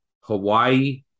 Hawaii